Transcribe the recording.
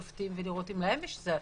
שופטים ולראות אם להם יש הצעה.